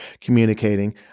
communicating